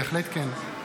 בהחלט כן.